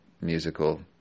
musical